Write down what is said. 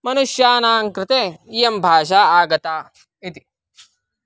मनुष्यानाङ् कृते इयं भाषा आगता इति